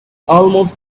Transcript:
almost